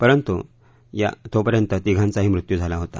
परंतु तोपर्यंत तिघांचाही मृत्यू झाला होता